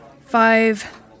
Five